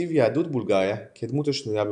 בנרטיב יהדות בולגריה כדמות השנויה במחלוקת.